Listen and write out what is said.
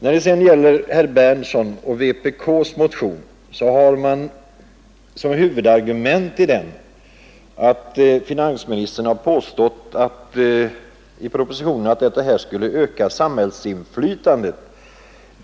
Vad sedan gäller herr Berndtsons i Linköping och vpk:s motion är huvudargumentet i den att finansministern i propositionen påstått att den föreslagna ordningen skulle öka samhällsinflytandet.